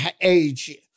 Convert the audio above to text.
age